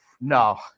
No